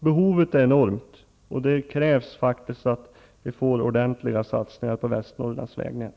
Behovet är enormt och det krävs att vi får ordentliga satsningar på Västernorrlands vägnät.